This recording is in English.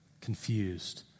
confused